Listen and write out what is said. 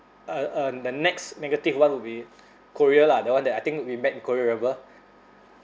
uh uh the next negative [one] would be korea lah that [one] that I think we met in korea remember